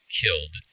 killed